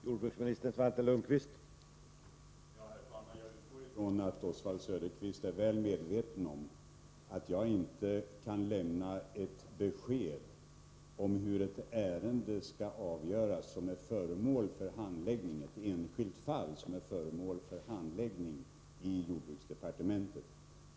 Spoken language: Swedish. Herr talman! Jag utgår från att Oswald Söderqvist är väl medveten om att jag inte kan lämna besked om avgörandet av ett enskilt ärende som är föremål för handläggning inom jordbruksdepartementet.